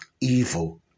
evil